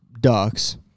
ducks